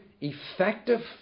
effective